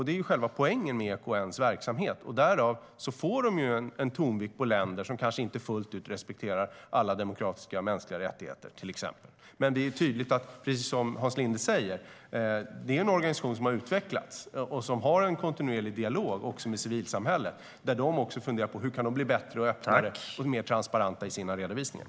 Det är själva poängen med EKN:s verksamhet. Därav får den en tonvikt på länder som kanske inte fullt ut respekterar till exempel alla demokratiska och mänskliga rättigheter. Men precis som Hans Linde säger är det tydligt att det är en organisation som har utvecklats. Den har en kontinuerlig dialog också med civilsamhället där de funderar på: Hur kan de bli bättre, öppnare och mer transparenta i sina redovisningar?